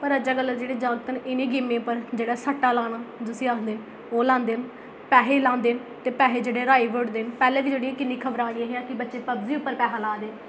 पर अजकल दे जागत न इ'नें गेमें पर जेह्ड़ा सट्टा लाना जिस्सी आखदे न ओह् लांदे न पैहे लांदे न ते पैहे जेह्ड़े र्हाई बी ओड़दे न पैह्लें बी जेह्ड़ी किन्नियां खबरां के बच्चे पबजी पर पैहा ला दे